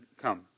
come